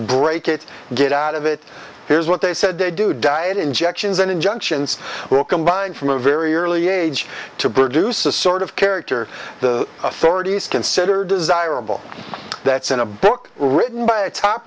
break it get out of it here's what they said they do diet injections and injunctions will combine from a very early age to boost the sort of character the authorities consider desirable that's in a book written by a top